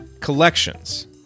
collections